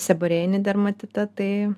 seborėjinį dermatitą tai